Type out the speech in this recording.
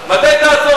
מתי תעצור את זה?